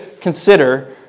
consider